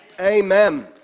Amen